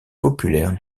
populaire